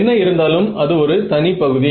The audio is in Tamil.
என்ன இருந்தாலும் அது ஒரு தனி பகுதி